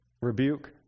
Rebuke